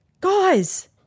Guys